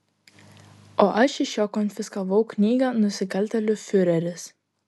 o aš iš jo konfiskavau knygą nusikaltėlių fiureris